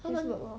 他们